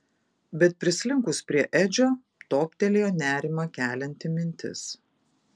bet prislinkus prie edžio toptelėjo nerimą kelianti mintis